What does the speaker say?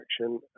action